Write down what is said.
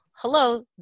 hello